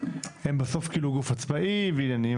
שהם בסוף גוף עצמאי ועניינים,